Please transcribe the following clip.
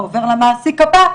והוא עובר למעסיק הבא,